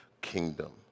kingdom